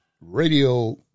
radio